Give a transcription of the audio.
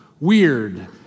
weird